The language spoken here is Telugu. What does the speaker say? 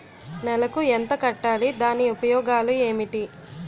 నెలకు ఎంత కట్టాలి? దాని ఉపయోగాలు ఏమిటి?